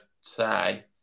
say